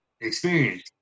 experience